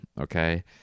Okay